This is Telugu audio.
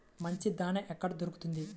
మంచి దాణా ఎక్కడ దొరుకుతుంది?